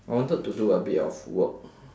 I wanted to do a bit of work